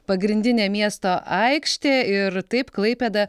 pagrindinė miesto aikštė ir taip klaipėda